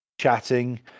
chatting